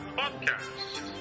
podcast